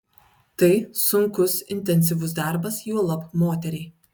tai sunkus intensyvus darbas juolab moteriai